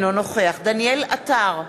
אינו נוכח דניאל עטר,